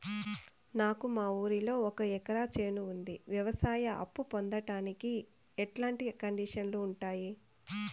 నాకు మా ఊరిలో ఒక ఎకరా చేను ఉంది, వ్యవసాయ అప్ఫు పొందడానికి ఎట్లాంటి కండిషన్లు ఉంటాయి?